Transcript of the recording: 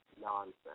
Nonsense